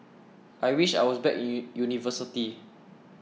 I wish I was back in university